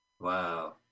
Wow